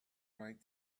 right